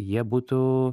jie būtų